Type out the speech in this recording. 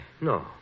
no